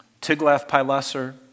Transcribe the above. Tiglath-Pileser